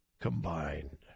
combined